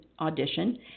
audition